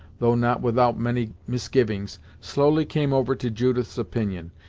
though not without many misgivings, slowly came over to judith's opinion,